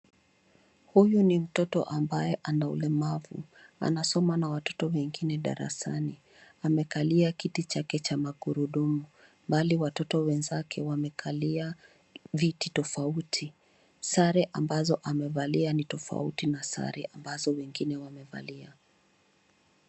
Huyu ni mtoto ambaye ana ulemavu anasoma na watoto wengine darasani. Amekalia kiti chake cha magurudumu. Mbali watoto wenzake wamekalia viti tofauti. Sare ambazo amevalia ni tofauti na sare ambazo wengine wamevalia.